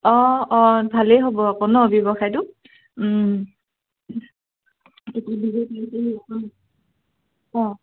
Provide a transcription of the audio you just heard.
অঁ অঁ ভালেই হ'ব আকৌ ন ব্যৱসায়টো অঁ